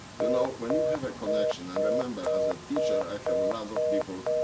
you know when you have a connection, and remember, as a teacher i have lots of people